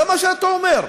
זה מה שאתה אומר.